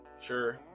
Sure